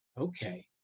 okay